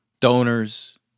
donors